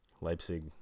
Leipzig